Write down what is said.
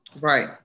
Right